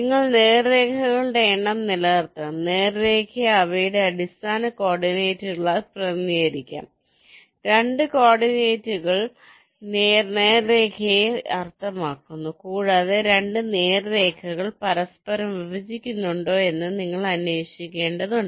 നിങ്ങൾ നേർരേഖകളുടെ എണ്ണം നിലനിർത്തണം നേർരേഖയെ അവയുടെ അവസാന കോർഡിനേറ്റുകളാൽ പ്രതിനിധീകരിക്കാം രണ്ട് കോർഡിനേറ്റുകൾ നേർരേഖയെ അർത്ഥമാക്കുന്നു കൂടാതെ 2 നേർരേഖകൾ പരസ്പരം വിഭജിക്കുന്നുണ്ടോ എന്ന് നിങ്ങൾ അന്വേഷിക്കേണ്ടതുണ്ട്